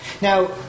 Now